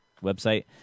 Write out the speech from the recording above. website